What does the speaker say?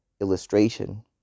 illustration